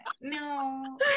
no